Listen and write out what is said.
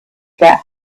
get